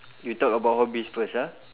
we talk about hobbies first ah